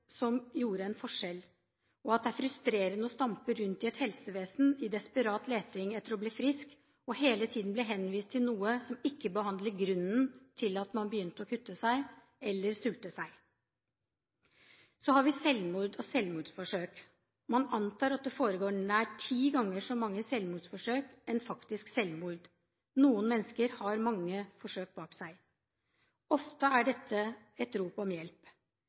som gjorde en forskjell, og at det er frustrerende å stampe rundt i et helsevesen i desperat leting etter å bli frisk og hele tiden bli henvist til noe som ikke behandler grunnen til at man begynte å kutte seg eller sulte seg. Så har vi selvmord og selvmordsforsøk. Man antar at det forekommer nær ti ganger så mange selvmordsforsøk enn faktiske selvmord. Noen mennesker har mange forsøk bak seg. Ofte er dette et rop om hjelp.